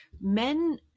men